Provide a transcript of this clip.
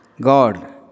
God